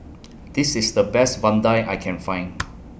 This IS The Best Vadai I Can Find